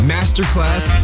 Masterclass